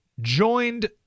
joined